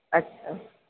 अच्छा